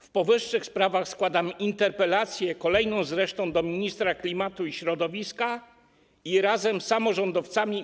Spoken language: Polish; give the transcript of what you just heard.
W powyższych sprawach składam interpelację, kolejną zresztą, do ministra klimatu i środowiska i razem z samorządowcami i